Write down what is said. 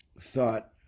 thought